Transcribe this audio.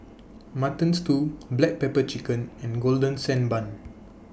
Mutton Stew Black Pepper Chicken and Golden Sand Bun